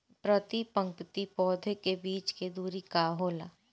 प्रति पंक्ति पौधे के बीच के दुरी का होला?